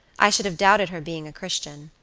i should have doubted her being a christian.